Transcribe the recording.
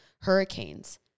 hurricanes